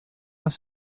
más